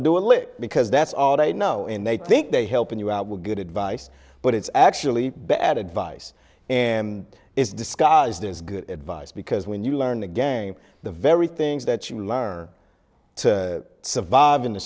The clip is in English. lip because that's all they know and they think they help you out with good advice but it's actually bad advice and it's disguised as good advice because when you learn the game the very things that you learn to survive in the